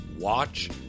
watch